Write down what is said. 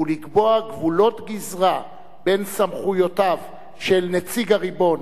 ולקבוע גבולות גזרה בין סמכויותיו של נציג הריבון,